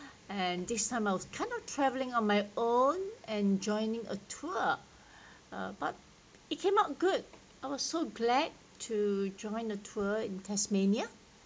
and this time I was kind of travelling on my own and joining a tour but it came out good I was so glad to join a tour in tasmania